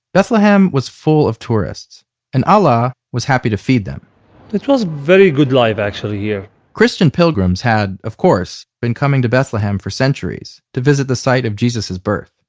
bethlehem was full of tourists and alaa was happy to feed them it was very good life actually here christian pilgrims had of course been coming to bethlehem for centuries to visit the site of jesus' birth.